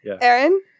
Aaron